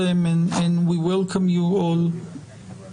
נסיבה מחמירה במקרה שבו התקיפה